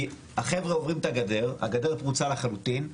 החבר'ה עוברים את הגדר שפרוצה לחלוטין,